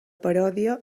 paròdia